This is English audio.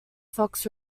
fox